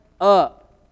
up